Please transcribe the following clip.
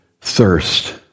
thirst